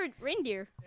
reindeer